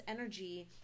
energy